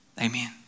Amen